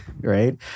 right